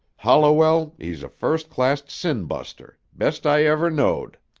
holliwell, he's a first-class sin-buster, best i ever knowed.